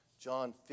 John